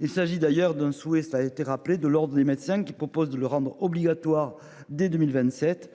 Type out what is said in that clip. Il s'agit d'ailleurs d'un souhait, ça a été rappelé de l'Ordre des médecins qui propose de le rendre obligatoire dès 2027